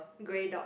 grey dog